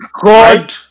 God